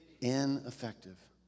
Ineffective